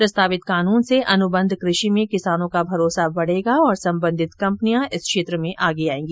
प्रस्तावित कानून से अनुबंध कृषि में किसानों का भरोसा बढ़ेगा और संबंधित कंपनियां इस क्षेत्र में आगे आयेंगी